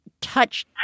touch